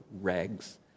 rags